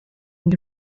ndi